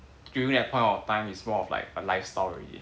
during that point of time is more of like a lifestyle already